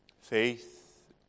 Faith